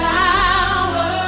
power